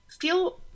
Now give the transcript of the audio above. Feel